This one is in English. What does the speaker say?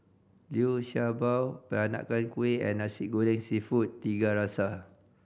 Liu Sha Bao Peranakan Kueh and Nasi Goreng Seafood Tiga Rasa